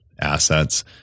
assets